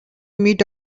meet